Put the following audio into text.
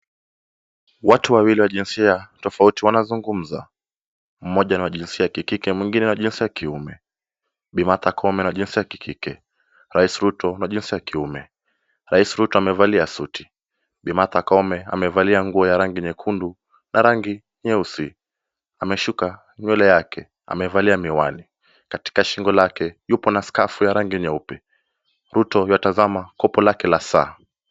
Watu wawili wa jinsia tofauti wanazungumza. Mmoja ni wa jinsia ya kike na mwingine wa jinsia ya kiume. Bi Martha Koome ni wa jinsia ya Kike na rais Ruto ni wa jinsia ya kiume. Rais Ruto amevalia suti, Bi Martha Koome amevalia nguo ya rangi nyekundu na rangi nyeusi. Ameshuka nywele yake, amevalia miwani katika shingo lake yuko na skafu nyeupe. Ruto tu atazama kopo lake la saa.